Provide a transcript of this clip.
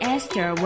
Esther